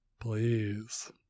Please